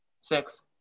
Six